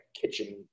kitchen